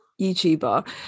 YouTuber